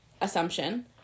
Assumption